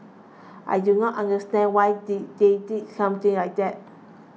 I do not understand why did they did something like that